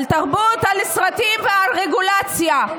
על סרטים ועל רגולציה.